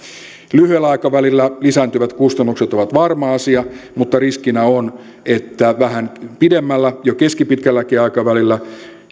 lyhyellä aikavälillä lisääntyvät kustannukset ovat varma asia mutta riskinä on että vähän pidemmällä jo keskipitkälläkin aikavälillä